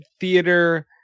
theater